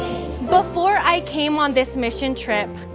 before i came on this mission trip,